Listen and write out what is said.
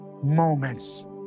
moments